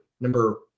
number